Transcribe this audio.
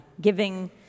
giving